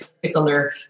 particular